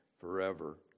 forever